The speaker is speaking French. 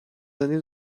années